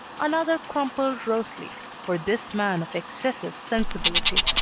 another crumpled roseleaf for this man of excessive sensibility.